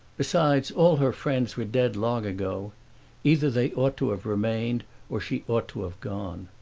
besides, all her friends were dead long ago either they ought to have remained or she ought to have gone.